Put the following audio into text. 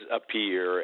appear